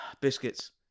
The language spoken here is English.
Biscuits